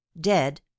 Dead